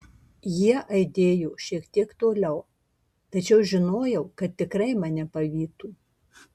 jie aidėjo šiek tiek toliau tačiau žinojau kad tikrai mane pavytų